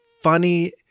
funny